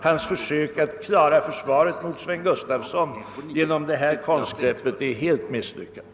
Hans försök att försvara sig mot herr Sven Gustafsons kritik genom ett konstgrepp är helt misslyckat.